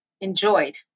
enjoyed